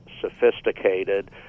sophisticated